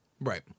right